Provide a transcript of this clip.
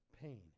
pain